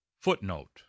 Footnote